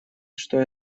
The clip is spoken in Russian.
что